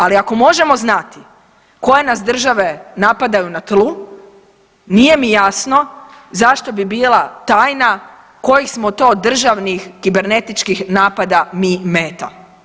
Ali ako možemo znati koje nas države napadaju na tlu nije mi jasno zašto bi bila tajna kojih smo to državnih kibernetičkih napada mi meta.